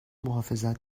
محافظت